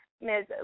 Ms